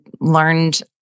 learned